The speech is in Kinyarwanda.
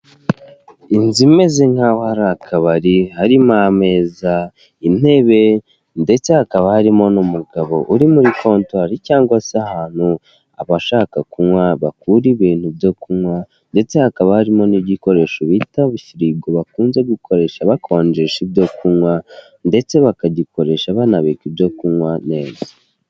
Inzu imeze nkaho ari akabari harimo ameza, intebe, ndetse hakaba harimo n'umugabo uri muri kontwari cyangwa se ahantu abashaka kunywa bakura ibintu byo kunywa ndetse hakaba harimo n'igikoresho bita firigo bakunze gukoresha bakonjesha ibyo kunywa ndetse bakagikoresha banabika ibyo kunywa neza.